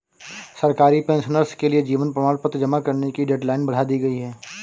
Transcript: सरकारी पेंशनर्स के लिए जीवन प्रमाण पत्र जमा करने की डेडलाइन बढ़ा दी गई है